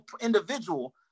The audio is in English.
individual